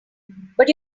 but